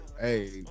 hey